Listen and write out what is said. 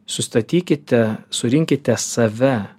sustatykite surinkite save